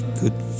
good